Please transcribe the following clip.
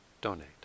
donate